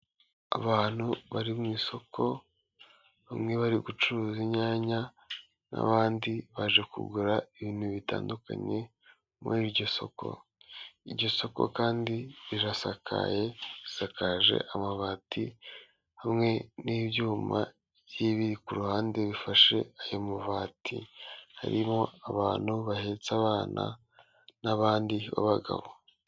Abantu bari mu isoko bamwe bari gucuruza inyanya n'abandi baje kugura ibintu bitandukanye, muri iryo soko, iryo soko kandi rirasakaye risakaje amabati hamwe n'ibyuma bigiye biri ku ruhande bifashe ayo mabati, harimo abantu bahetse abana n'abandi babagabo.